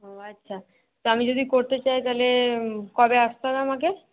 ও আচ্ছা তা আমি যদি করতে চাই তাহলে কবে আসতে হবে আমাকে